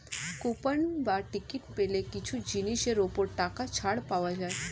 coupon বা ticket পেলে কিছু জিনিসের ওপর টাকা ছাড় পাওয়া যায়